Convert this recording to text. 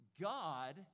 God